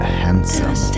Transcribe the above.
handsome